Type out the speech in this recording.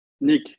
Nick